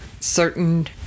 certain